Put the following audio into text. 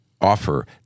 offer